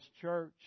church